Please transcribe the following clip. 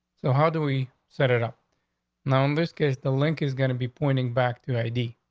so how do we set it up now, in this case, the link is going to be pointing back to i d.